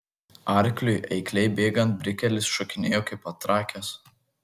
arkliui eikliai bėgant brikelis šokinėjo kaip patrakęs